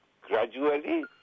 gradually